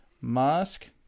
Mask